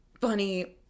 funny